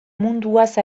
munduaz